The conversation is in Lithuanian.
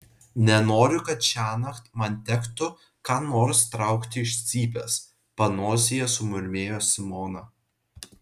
nenoriu kad šiąnakt man tektų ką nors traukti iš cypės panosėje sumurmėjo simona